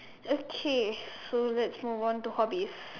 okay so let's move on to hobbies